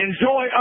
Enjoy